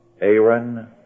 Aaron